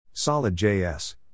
SolidJS